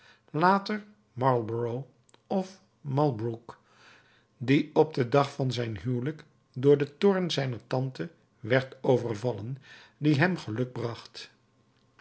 later marlborough of malbrouck die op den dag van zijn huwelijk door den toorn zijner tante werd overvallen die hem geluk bracht